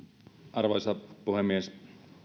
arvoisa puhemies